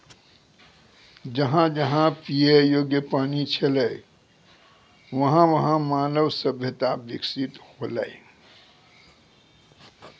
जहां जहां पियै योग्य पानी छलै वहां वहां मानव सभ्यता बिकसित हौलै